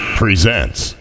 presents